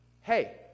Hey